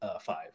five